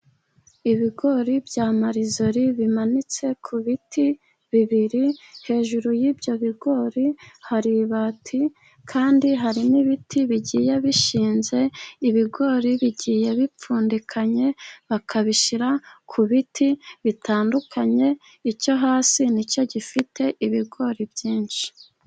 Ibigori bya marizori bimanitse ku biti bibiri, hejuru y'ibyo bigori hari ibati kandi hari n'ibiti bigiye bishinze, ibigori bigiye bipfundikanye, bakabishyira ku biti bitandukanye, icyo hasi nicyo gifite ibigori byinshi.